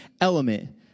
element